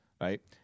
right